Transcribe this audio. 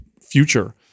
future